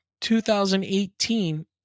2018